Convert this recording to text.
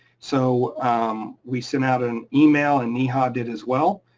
so we sent out an email and neha ah did as well,